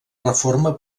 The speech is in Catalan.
reforma